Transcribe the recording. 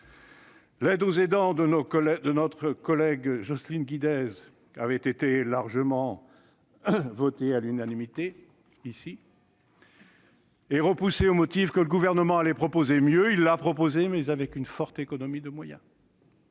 L'aide aux aidants de notre collègue Jocelyne Guidez avait été votée à l'unanimité par notre assemblée et repoussée au motif que le Gouvernement allait proposer mieux. Il l'a proposée, mais avec une importante économie de moyens